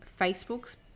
Facebook's